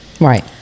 Right